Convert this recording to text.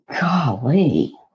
Golly